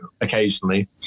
occasionally